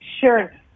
Sure